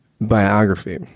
biography